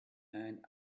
and